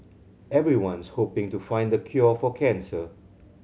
everyone's hoping to find the cure for cancer